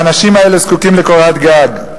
האנשים האלה זקוקים לקורת גג.